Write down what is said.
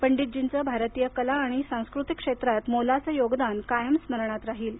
पंडीतजींचे भारतीय कला आणि सांस्कृतिक क्षेत्रात मोलाचे योगदान कायम स्मरणात राहील